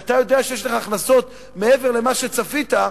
כשאתה יודע שיש לך הכנסות מעבר למה שצפית,